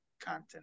content